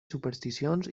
supersticions